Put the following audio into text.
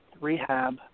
rehab